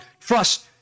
trust